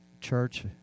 church